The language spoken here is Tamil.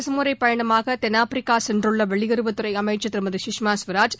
அரசுமுறைப் பயணமாக தென்னாப்பிரிக்கா சென்றுள்ள வெளியுறவுத்துறை அமைச்சா் திருமதி கஷ்மா ஸ்வராஜ்